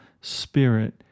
spirit